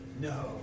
No